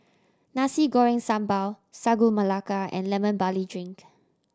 Nasi Goreng Sambal Sagu Melaka and Lemon Barley Drink